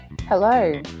Hello